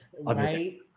right